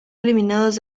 eliminados